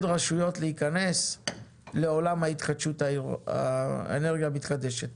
רשויות להיכנס לעולם האנרגיה המתחדשת.